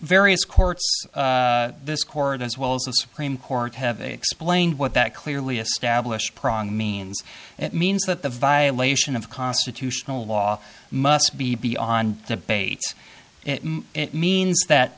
various courts this court as well as the supreme court have explained what that clearly established prong means it means that the violation of constitutional law must be beyond debate if it means that